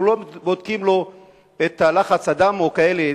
לא בודקים לו את לחץ הדם או כאלה,